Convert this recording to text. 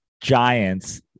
Giants